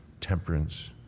temperance